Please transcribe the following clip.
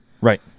Right